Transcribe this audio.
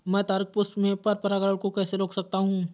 मैं तारक पुष्प में पर परागण को कैसे रोक सकता हूँ?